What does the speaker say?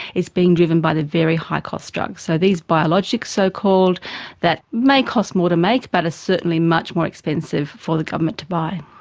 it's being driven by the very high cost drugs. so these biologics so-called that may cost more to make but are ah certainly much more expensive for the government to buy.